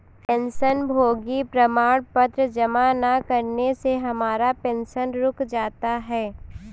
पेंशनभोगी प्रमाण पत्र जमा न करने से हमारा पेंशन रुक जाता है